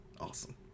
Awesome